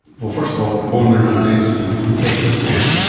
first of all, bone mineral density, the dexa scan,